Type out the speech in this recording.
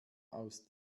aus